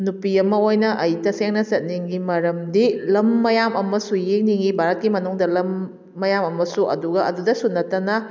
ꯅꯨꯄꯤ ꯑꯃ ꯑꯣꯏꯅ ꯑꯩ ꯇꯁꯦꯡꯅ ꯆꯠꯅꯤꯡꯏ ꯃꯔꯝꯗꯤ ꯂꯝ ꯃꯌꯥꯝ ꯑꯃꯁꯨ ꯌꯦꯡꯅꯤꯡꯏ ꯚꯥꯔꯠꯀꯤ ꯃꯅꯨꯡꯗ ꯂꯝ ꯃꯌꯥꯝ ꯑꯃꯁꯨ ꯑꯗꯨꯒ ꯑꯗꯨꯗꯁꯨ ꯅꯠꯇꯅ